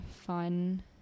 fun